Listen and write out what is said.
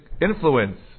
influence